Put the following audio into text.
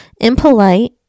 impolite